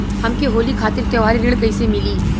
हमके होली खातिर त्योहारी ऋण कइसे मीली?